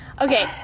Okay